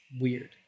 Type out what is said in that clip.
weird